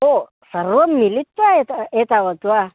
ओ सर्वं मिलित्वा एता एतावत्वा